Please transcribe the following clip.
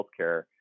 healthcare